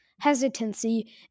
hesitancy